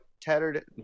tattered